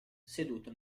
seduto